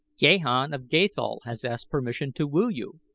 gahan of gathol has asked permission to woo you.